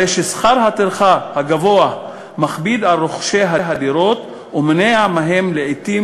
הרי ששכר הטרחה הגבוה מכביד על רוכשי הדירות ומונע מהם לעתים